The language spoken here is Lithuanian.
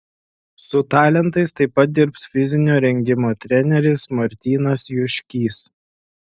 su talentais taip pat dirbs fizinio rengimo treneris martynas juškys